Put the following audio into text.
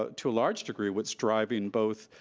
to a large degree, what's driving both